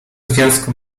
związku